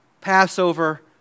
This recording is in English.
Passover